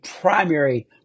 primary